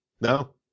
No